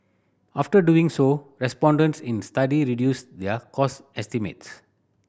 after doing so respondents in study reduced their cost estimates